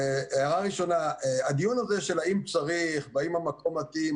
הדיון האם צריך והאם המקום מתאים,